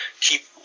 keep